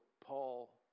Paul